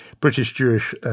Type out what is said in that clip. British-Jewish